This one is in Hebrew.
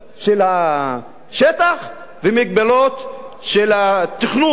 של השטח ובמגבלות של התכנון.